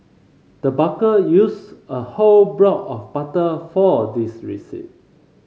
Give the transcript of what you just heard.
the baker used a whole block of butter for this recipe